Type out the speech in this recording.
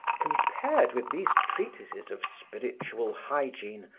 compared with these treatises of spiritual hygiene,